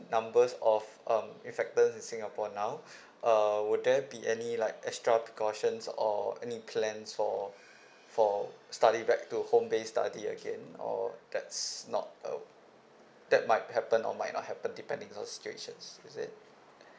numbers of um infectants in singapore now uh would there be any like extra precautions or any plans for for study back to home based study again or that's not uh that might happen or might not happen depending on the situations is it